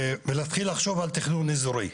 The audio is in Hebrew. ולהתחיל לחשוב על תכנון איזורי.